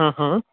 हँ हँ